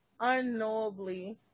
unknowably